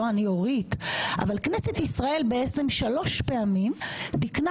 לא אני אורית אלא כנסת ישראל שלוש פעמים תיקנה